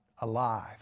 alive